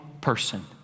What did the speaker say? person